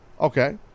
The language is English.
Okay